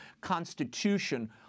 constitution